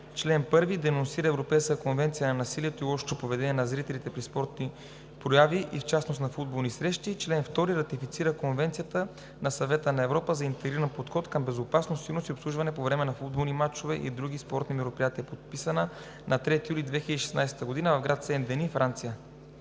Чл. 1. Денонсира Европейската конвенция на насилието и лошото поведение на зрителите при спортни прояви и в частност на футболни срещи. Чл. 2. Ратифицира Конвенцията на Съвета на Европа за интегриран подход към безопасност, сигурност и обслужване по време на футболни мачове и други спортни мероприятия, подписана на 3 юли 2016 г. в град Сен Дени, Франция.“